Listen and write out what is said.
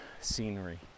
scenery